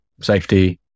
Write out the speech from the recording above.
safety